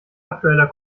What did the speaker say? aktueller